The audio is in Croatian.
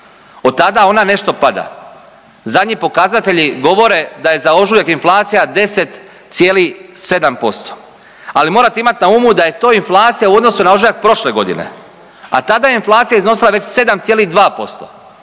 Otada ona nešto pada. Zadnji pokazatelji govore da je za ožujak inflacija 10,7%, ali morate imati na umu da je to inflacija u odnosu na ožujak prošle godine, a tada je inflacija iznosila već 7,2%,